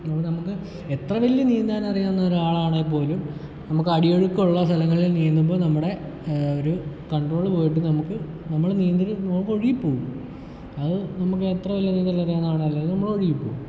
പിന്നെ നമുക്ക് എത്ര വലിയ നീന്താനറിയാവുന്ന ഒരാളാണെ പോലും നമുക്ക് അടിയൊഴുക്കൊള്ള സ്ഥലങ്ങളിൽ നീന്തുമ്പോൾ നമ്മുടെ ഒരു കണ്ട്രോള് പോയിട്ട് നമുക്ക് നീന്തൽ നമ്മൾ ഒഴുകി പോകും അത് നമുക്ക് എത്ര വലിയ നീന്തലറിയാവുന്ന ആളാണെങ്കിലും നമ്മളൊഴുകി പോകും